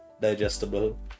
digestible